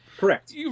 Correct